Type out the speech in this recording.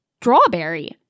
strawberry